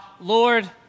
Lord